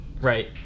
Right